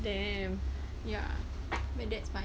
ya but that's my